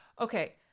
okay